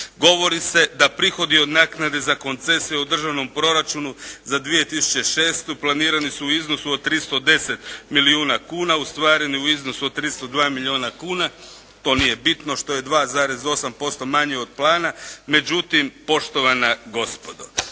Govori se da prihodi od naknade za koncesije u Državnom proračunu za 2006. planirani su u iznosu od 310 milijuna kuna. Ostvareni u iznosu od 302 milijuna kuna. To nije bitno što je 2,8% manji od plana. Međutim poštovana gospodo,